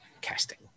casting